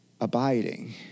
abiding